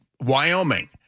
Wyoming